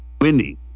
winning